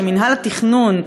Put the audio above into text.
שמינהל התכנון,